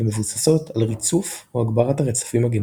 ומבוססות על ריצוף או הגברת הרצפים הגנטיים.